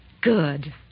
Good